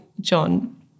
John